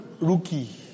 Rookie